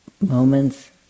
moments